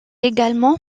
également